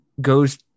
goes